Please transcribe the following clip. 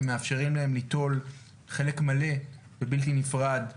ומאפשרים להם ליטול חלק מלא ובלתי נפרד מהחברה.